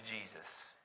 Jesus